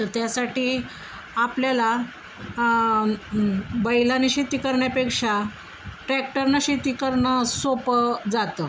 तर त्यासाठी आपल्याला बैलानी शेती करण्यापेक्षा ट्रॅक्टरनं शेती करणं सोपं जातं